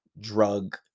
drug